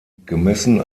gemessen